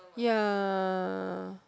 ya